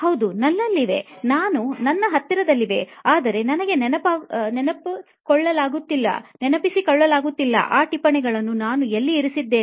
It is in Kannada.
ಹೌದು ನನ್ನಲಿವೆ ನಾವು ಹತ್ತಿರದಲ್ಲಿವೆ ಆದರೆ ನನಗೆ ನೆನಪಿಸಿಕೊಳ್ಳಲಾಗುತ್ತಿಲ್ಲ ಆ ಟಿಪ್ಪಣಿಗಳನ್ನು ನಾನು ಎಲ್ಲಿ ಇರಿಸಿದ್ದೇನೆ